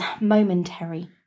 momentary